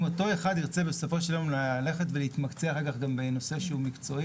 אם אותו אחד ירצה בסופו של דבר ללכת ולהתמקצע אחר כך בנושא מקצועי,